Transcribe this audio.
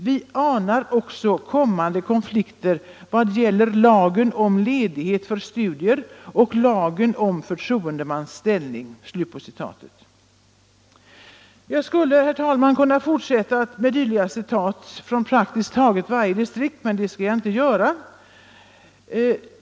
—- Vi anar också kommande konflikter vad gäller lagen om ledighet för studier och lagen om förtroendemans ställning.” Jag skulle kunna fortsätta med sådana citat från praktiskt taget varje distrikt, men det skall jag inte göra.